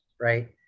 right